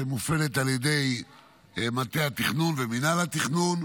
שמופעלת על ידי מטה התכנון ומינהל התכנון,